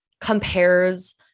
compares